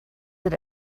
that